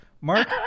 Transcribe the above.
Mark